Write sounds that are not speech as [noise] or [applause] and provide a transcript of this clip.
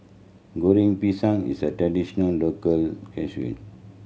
Goreng Pisang is a traditional local [unintelligible]